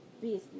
business